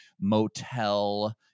motel